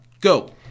go